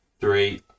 three